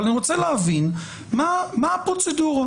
אבל אני רוצה להבין מה הפרוצדורה.